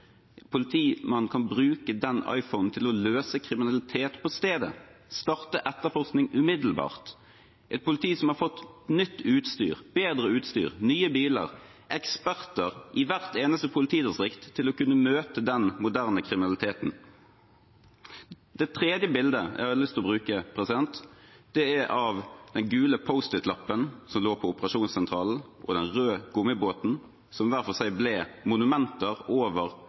kan bruke den iPhonen til å løse kriminalitet på stedet – starte etterforskning umiddelbart. Vi har et politi som har fått nytt og bedre utstyr, nye biler og eksperter i hvert eneste politidistrikt for å kunne møte den moderne kriminaliteten. Det tredje bildet jeg har lyst til å bruke, er av den gule post-it-lappen som lå på operasjonssentralen, og den røde gummibåten, som hver for seg ble monumenter over